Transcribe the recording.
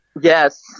Yes